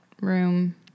Room